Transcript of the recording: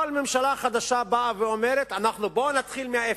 כל ממשלה חדשה באה ואומרת: בוא נתחיל מאפס.